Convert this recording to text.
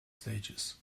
stages